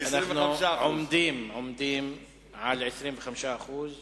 הכוונה: יוצא את דופן הבטן,